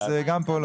אז גם פה לא.